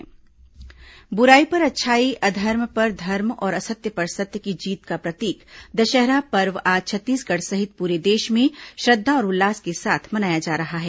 विजयादशमी बुराई पर अच्छाई अधर्म पर धर्म और असत्य पर सत्य की जीत का प्रतीक दशहरा पर्व आज छत्तीसगढ़ सहित पूरे देश में श्रद्वा और उल्लास के साथ मनाया जा रहा है